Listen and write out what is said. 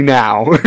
now